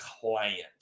client